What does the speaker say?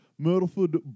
Myrtleford